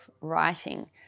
writing